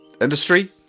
industry